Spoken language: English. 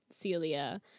Celia